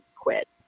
quit